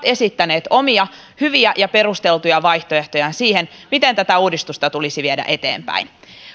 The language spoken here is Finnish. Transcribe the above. esittäneet omia hyviä ja perusteltuja vaihtoehtojaan siihen miten tätä uudistusta tulisi viedä eteenpäin